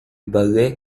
ballet